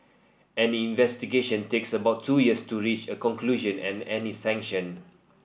any investigation takes about two years to reach a conclusion and any sanction